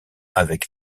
avec